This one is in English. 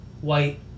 white